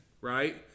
right